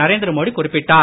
நரேந்திர மோடி குறிப்பிட்டார்